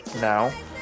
now